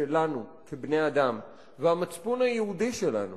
שלנו כבני-אדם והמצפון היהודי שלנו